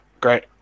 great